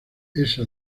esta